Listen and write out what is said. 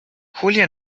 julia